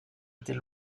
était